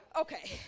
okay